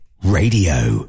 radio